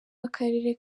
w’akarere